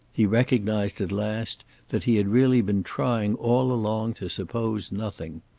he recognised at last that he had really been trying all along to suppose nothing.